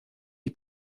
die